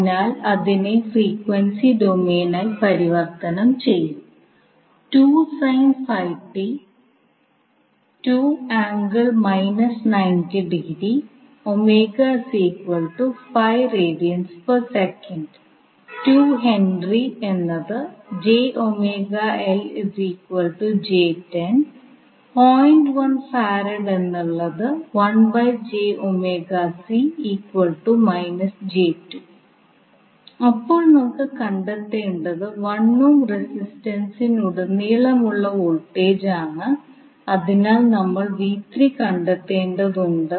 അതിനാൽ അതിനെ ഫ്രീക്വൻസി ഡൊമെയ്നായി പരിവർത്തനം ചെയ്യും അപ്പോൾ നമുക്ക് കണ്ടെത്തേണ്ടത് 1 ഓം റെസിസ്റ്റൻസിലുടനീളമുള്ള വോൾട്ടേജാണ് അതിനാൽ നമ്മൾ കണ്ടെത്തേണ്ടതുണ്ട്